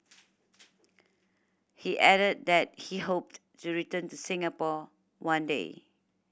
he added that he hoped to return to Singapore one day